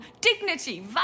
Dignity